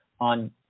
on